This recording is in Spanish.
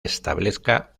establezca